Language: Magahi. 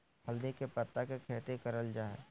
हल्दी के पत्ता के खेती करल जा हई